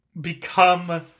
become